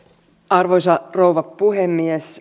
arvoisa rouva puhemies